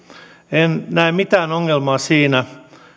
en näe mitään ongelmaa siinä